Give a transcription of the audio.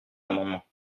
amendement